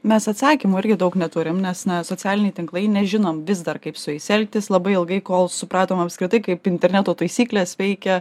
mes atsakymų irgi daug neturim nes na socialiniai tinklai nežinom vis dar kaip su jais elgtis labai ilgai kol supratom apskritai kaip interneto taisyklės veikia